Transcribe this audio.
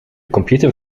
computer